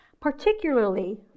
particularly